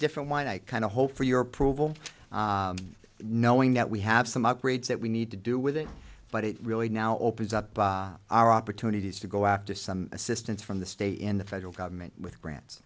different one i kind of hoped for your approval knowing that we have some upgrades that we need to do with it but it really now opens up our opportunities to go out to some assistance from the state in the federal government with grants